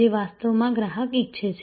જે વાસ્તવમાં ગ્રાહક ઇચ્છે છે